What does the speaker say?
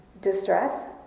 distress